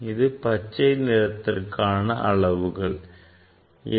இது பச்சை நிறத்திற்கான அளவுகள் ஆகும்